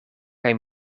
kaj